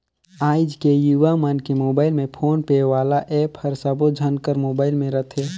आएज के युवा मन के मुबाइल में फोन पे वाला ऐप हर सबो झन कर मुबाइल में रथे